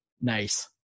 Nice